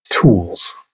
tools